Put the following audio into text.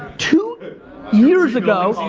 two years ago,